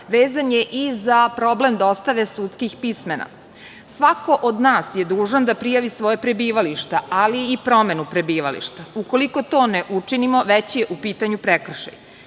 vezan je i za problem dostave sudskih pismena. Svako od nas je dužan da prijavi svoje prebivalište, ali i promenu prebivališta. Ukoliko to ne učinimo već je u pitanju prekršaj. Najveći